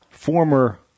Former